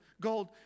gold